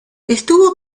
estuvo